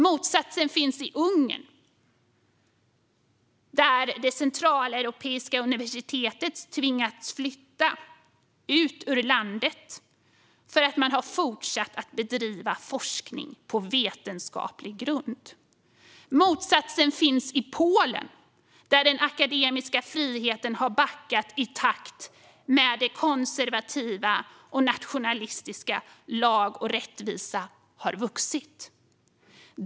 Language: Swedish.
Motsatsen finns i Ungern, där det centraleuropeiska universitetet har tvingats flytta ut ur landet för att man har fortsatt att bedriva forskning på vetenskaplig grund. Motsatsen finns i Polen, där den akademiska friheten har backat i takt med att det konservativa och nationalistiska partiet Lag och rättvisa har vuxit.